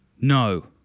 no